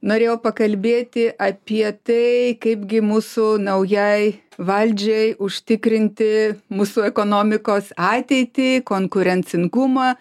norėjau pakalbėti apie tai kaipgi mūsų naujai valdžiai užtikrinti mūsų ekonomikos ateitį konkurencingumą